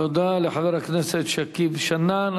תודה לחבר הכנסת שכיב שנאן.